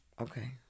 Okay